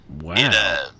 Wow